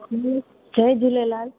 Jay Jhulelal